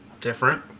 different